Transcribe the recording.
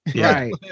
right